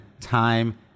time